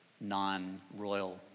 non-royal